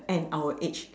and our age